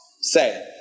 say